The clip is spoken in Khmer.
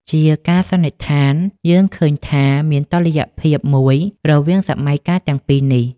ជាការសន្និដ្ឋាន យើងឃើញថាមានតុល្យភាពមួយរវាងសម័យកាលទាំងពីរនេះ។